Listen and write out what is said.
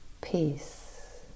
peace